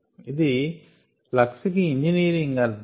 ఇది ఫ్లక్స్ కి ఇంజనీరింగ్ అర్ధం